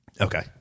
Okay